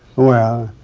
well,